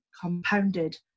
compounded